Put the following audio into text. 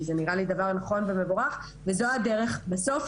כי זה נראה לי דבר נכון ומבורך וזו הדרך בסופו של דבר,